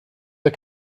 der